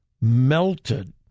melted